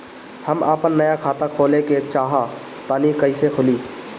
हम आपन नया खाता खोले के चाह तानि कइसे खुलि?